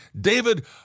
David